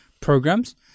programs